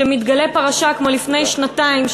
שמתגלה פרשה כמו לפני שנתיים,